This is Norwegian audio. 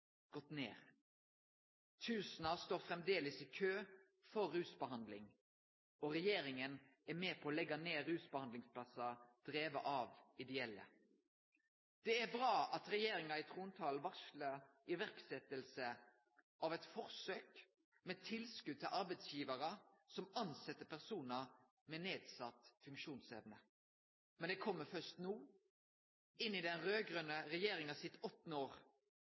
gått ned. Tusenar står framleis i kø for å få rusbehandling, og regjeringa er med på å leggje ned rusbehandlingsplassar drivne av ideelle. Det er bra at regjeringa i trontalen varslar iverksetjing av eit forsøk med tilskot til arbeidsgivarar som tilset personar med nedsett funksjonsevne. Men det kjem først no, i den raud-grøne regjeringas åttande år.